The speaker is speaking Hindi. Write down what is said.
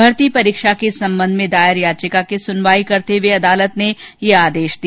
भर्ती परीक्षा के संबंध में दायर याचिका की सुनवाई करते हुए अदालत ने ये आदेश दिया